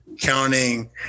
counting